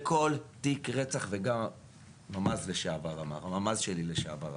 לכל תיק רצח, וגם הרמ"ז שלי לשעבר אמר,